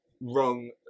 wrong